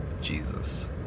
Jesus